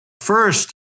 first